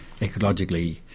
ecologically